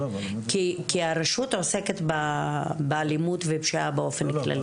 כי הרשות עוסקת באלימות ופשיעה באופן כללי.